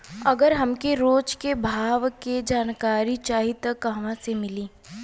अगर हमके रोज के भाव के जानकारी चाही त कहवा से मिली?